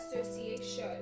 association